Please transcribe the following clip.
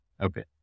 Okay